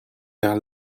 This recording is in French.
vers